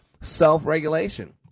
Self-regulation